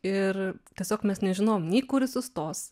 ir tiesiog mes nežinojom nei kur jis sustos